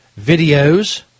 videos